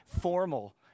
formal